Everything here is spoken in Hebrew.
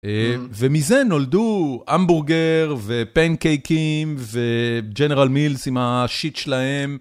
ומזה נולדו המבורגר ופנקייקים וג'נרל מילס עם השיט שלהם.